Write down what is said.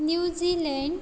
New Zealand